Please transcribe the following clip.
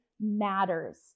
matters